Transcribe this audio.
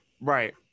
Right